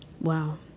Wow